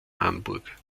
hamburg